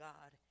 God